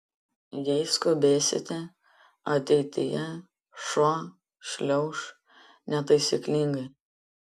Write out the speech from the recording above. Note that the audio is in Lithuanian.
jei skubėsite ateityje šuo šliauš netaisyklingai